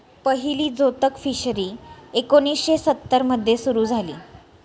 पहिली जोतक फिशरी एकोणीशे सत्तर मध्ये सुरू झाली